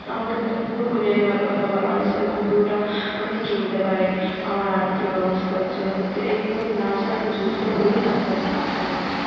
আমাকে ঘুঙরু কিনে দেবার কথা বলা হয়েছিলো ঘুঙরুটা আমি কিনতে পারি নি আমার আর্থিক অবস্থার জন্য তো এইভাবে নাচে আমি যুক্ত হয়েও নাচে আমি থাকতে পারি নি